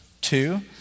Two